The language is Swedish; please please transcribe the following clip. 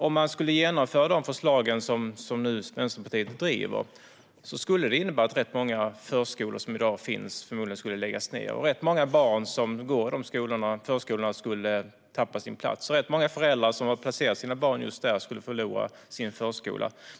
Om man skulle genomföra de förslag som Vänsterpartiet nu driver skulle det innebära att rätt många förskolor som i dag finns förmodligen skulle läggas ned. Rätt många barn som går i de förskolorna skulle tappa sin plats, och rätt många föräldrar som har placerat sina barn just där skulle förlora sina barns förskola.